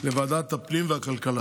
לוועדות הפנים והכלכלה,